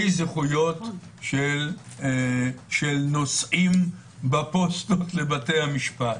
זכויות של נוסעים בפוסטות לבתי המשפט: